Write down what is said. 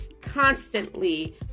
constantly